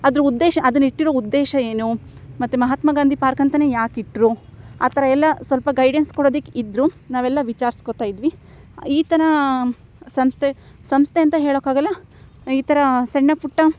ಅದ್ರ ಉದ್ದೇಶ ಅದನ್ನ ಇಟ್ಟಿರೋ ಉದ್ದೇಶ ಏನು ಮತ್ತು ಮಹಾತ್ಮಾ ಗಾಂಧಿ ಪಾರ್ಕ್ ಅಂತಲೇ ಯಾಕೆ ಇಟ್ಟರು ಆ ಥರ ಎಲ್ಲ ಸ್ವಲ್ಪ ಗೈಡೆನ್ಸ್ ಕೊಡೋದಿಕ್ಕೆ ಇದ್ದರು ನಾವೆಲ್ಲ ವಿಚಾರಿಸ್ಕೋತಾಯಿದ್ವಿ ಈ ಥರ ಸಂಸ್ಥೆ ಸಂಸ್ಥೆ ಅಂತ ಹೇಳೋಕ್ಕಾಗಲ್ಲ ಈ ಥರ ಸಣ್ಣ ಪುಟ್ಟ